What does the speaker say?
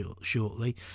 shortly